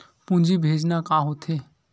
पूंजी भेजना का होथे?